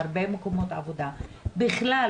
הרבה מקומות עבודה ובכלל,